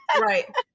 Right